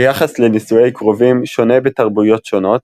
היחס לנישואי קרובים שונה בתרבויות שונות,